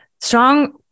Strong